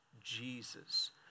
Jesus